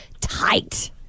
tight